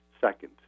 second